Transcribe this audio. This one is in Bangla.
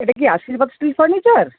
এটা কি আশীর্বাদ স্টিল ফার্নিচার